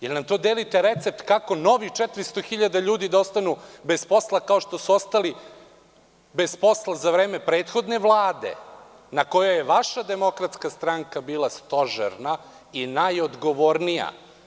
Da li nam to delite recept, kako novih 400 hiljada ljudi da ostanu bez posla, kao što su ostali bez posla za vreme prethodne Vlade, na kojoj je vaša DS bila stožerna i najodgovornija?